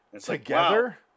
Together